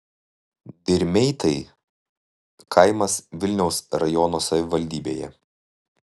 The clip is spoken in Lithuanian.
dirmeitai kaimas vilniaus rajono savivaldybėje